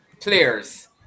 players